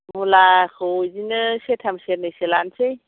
मुलाखौ बिदिनो सेरथाम सेरनैसो लानोसै